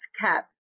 cap